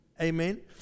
Amen